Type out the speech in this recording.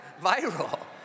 viral